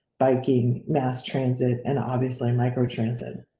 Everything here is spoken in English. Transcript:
biking, mass transit and obviously micro transit.